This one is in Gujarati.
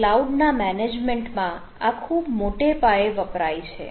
ક્લાઉડ ના મેનેજમેન્ટમાં આ ખૂબ મોટે પાયે વપરાય છે